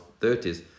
30s